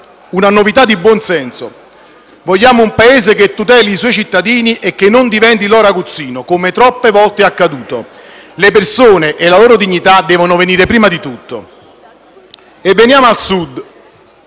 una novità di buon senso. Vogliamo un Paese che tuteli i suoi cittadini e che non diventi il loro aguzzino, come troppe volte è accaduto; le persone e la loro dignità devono venire prima di tutto. E veniamo al Sud.